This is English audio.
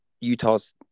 Utah's